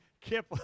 Kip